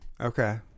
Okay